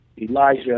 Elijah